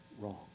wrong